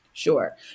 Sure